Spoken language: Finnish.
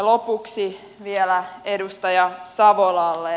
lopuksi vielä edustaja savolalle